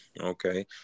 Okay